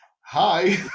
hi